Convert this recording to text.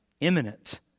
imminent